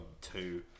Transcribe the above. two